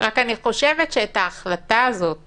רק שאני חושבת שאת ההחלטה הזאת